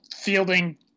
fielding